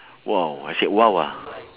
!wow! I said !wow! ah